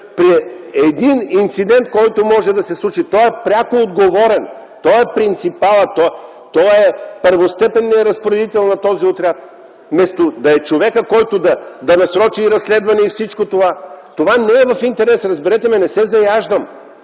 При един инцидент, който може да се случи, той е пряко отговорен! Той е принципалът! Той е първостепенният разпоредител на този отряд! Вместо да е човекът, който да насрочи разследване и всичко това… Това не е в интерес, разберете ме, не се заяждам!